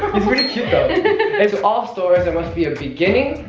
it's pretty cute though. in all stories, there must be a beginning,